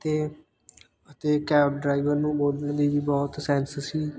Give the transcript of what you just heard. ਅਤੇ ਅਤੇ cab driver ਨੂੰ ਬੋਲਣ ਦੀ ਵੀ ਬਹੁਤ ਸੈਂਸ ਸੀ